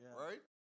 Right